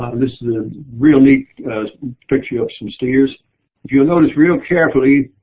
this is a real neat picture of some steers. if you notice real carefully,